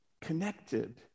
connected